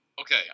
Okay